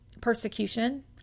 persecution